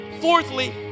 fourthly